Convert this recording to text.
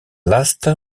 laatste